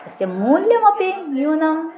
तस्य मूल्यमपि न्यूनं